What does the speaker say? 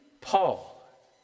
Paul